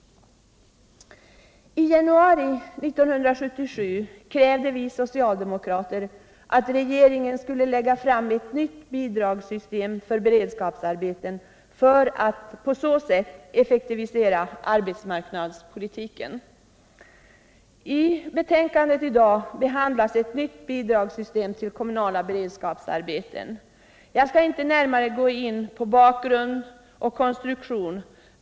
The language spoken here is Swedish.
I januari 1977 krävde vi socialdemokrater att regeringen skulle lägga fram förslag om ett nytt bidragssystem för beredskapsarbeten för att man på så sätt skulle kunna effektivera arbetsmarknadspolitiken. I dagens betänkande behandlas ett nytt bidragssystem för kommunala beredskapsarbeten. Jag skall inte närmare gå in på bakgrund och konstruktion.